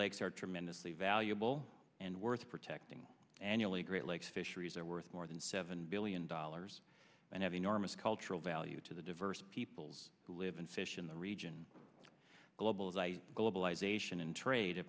lakes are tremendously valuable and worth protecting annually great lakes fisheries are worth more than seven billion dollars and have enormous cultural value to the diverse peoples who live and fish in the region global as i globalization and trade